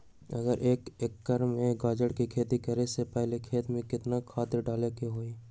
अगर एक एकर में गाजर के खेती करे से पहले खेत में केतना खाद्य डाले के होई?